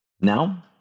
Now